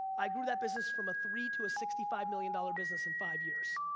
i grew that business from a three to a sixty five million dollar business in five years.